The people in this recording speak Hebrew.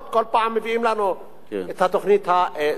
כל פעם מביאים לנו את התוכנית הזאת.